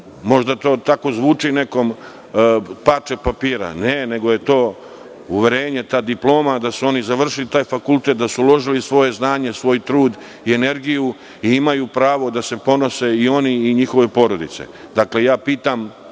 da dobiju to „parče papira“, ne, nego je to uverenje, ta diploma da su oni završili taj fakultet, da su uložili svoje znanje, svoj trud i energiju i imaju pravo da se ponose i oni i njihove porodice. Dakle, ja pitam